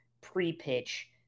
pre-pitch